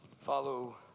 Follow